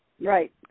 Right